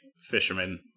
fisherman